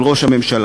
של ראש הממשלה.